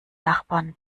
nachbarn